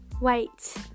wait